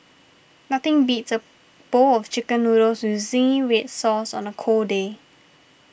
nothing beats a bowl of Chicken Noodles with Zingy Red Sauce on a cold day